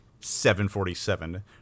747